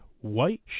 white